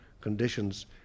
conditions